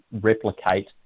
replicate